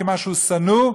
כמשהו שנוא,